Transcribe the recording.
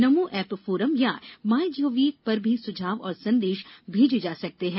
नमो app forum या MyGov पर भी सुझाव और संदेश भेजे जा सकते हैं